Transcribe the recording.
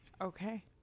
Okay